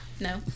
No